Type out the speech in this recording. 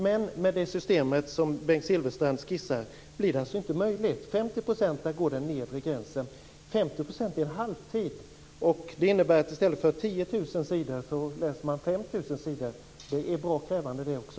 Men med det system som Bengt Silfverstrand skissar blir detta inte möjligt. Den nedre gränsen går vid 50 %. 50 % är en halvtid, vilket innebär att man i stället för 10 000 sidor läser 5 000 sidor. Det är bra krävande det också!